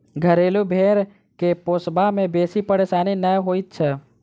घरेलू भेंड़ के पोसबा मे बेसी परेशानी नै होइत छै